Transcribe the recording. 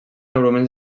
argument